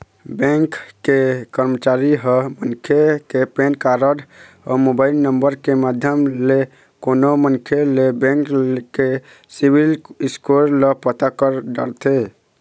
bank के करमचारी ह मनखे के पेन कारड अउ मोबाईल नंबर के माध्यम ले कोनो मनखे के बेंक के सिविल स्कोर ल पता कर डरथे